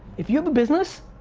if you have a business,